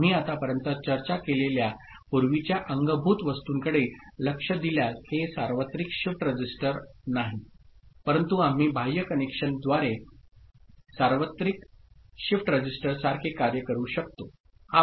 आम्ही आत्तापर्यंत चर्चा केलेल्या पूर्वीच्या अंगभूत वस्तूंकडे लक्ष दिल्यास हे सार्वत्रिक शिफ्ट रजिस्टर नाही परंतु आम्ही बाह्य कनेक्शनद्वारे सार्वत्रिक शिफ्ट रजिस्टरसारखे कार्य करू शकतो